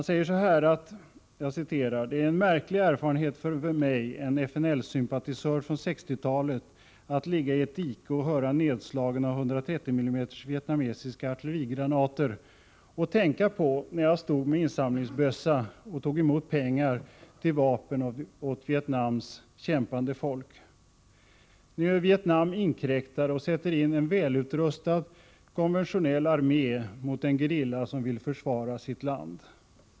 ”Det var en märklig erfarenhet för mig, en FNL-sympatisör från 60-talet, att ligga i ett dike och höra nedslagen av 130-millimeters vietnamesiska artillerigranater, och tänka på när jag stod med insamlingsbössa och tog emot pengar till vapen åt Vietnams kämpande folk. Nu är Vietnam inkräktare och sätter in en välutrustad konventionell armé mot en gerilla som vill försvara sitt land.